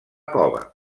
cova